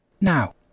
Now